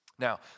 Now